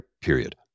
period